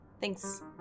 Thanks